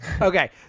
Okay